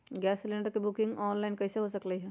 Gas cylinder के booking online कईसे हो सकलई ह?